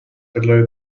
below